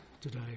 today